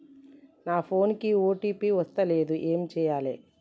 నా ఫోన్ కి ఓ.టీ.పి వస్తలేదు ఏం చేయాలే?